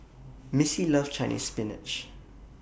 Missie loves Chinese Spinach